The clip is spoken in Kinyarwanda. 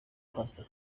pastor